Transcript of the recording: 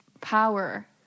power